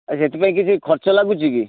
ସେଥିପାଇଁ କିଛି ଖର୍ଚ୍ଚ ଲାଗୁଛି କି